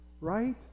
right